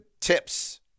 tips